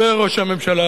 דיבר ראש הממשלה